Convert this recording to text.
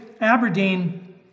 Aberdeen